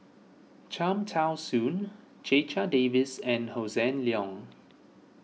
Cham Tao Soon Checha Davies and Hossan Leong